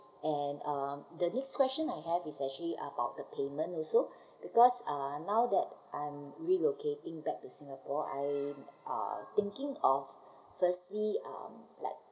and um the next question I have is actually about payment also because uh now that I'm relocating back to singapore I uh thinking of firstly um like